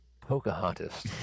Pocahontas